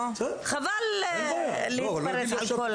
חבל להתפרץ על כל